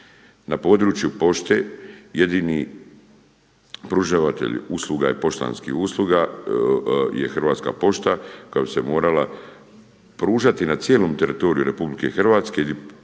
Na području pošte jedini pružatelj usluga je, poštanskih usluga je Hrvatska pošta koja bi se morala pružati na cijelom teritoriju RH i